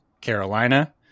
Carolina